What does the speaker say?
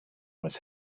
was